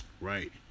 Right